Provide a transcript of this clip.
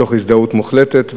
מתוך הזדהות מוחלטת.